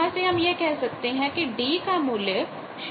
यहां से हम यह कह सकते हैं कि d का मूल्य 026λ है